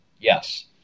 Yes